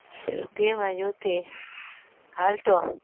Suzuki Maruti alto